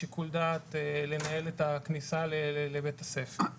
שיקול דעת לנהל את הכניסה לבית הספר.